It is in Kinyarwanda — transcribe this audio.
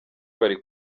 bari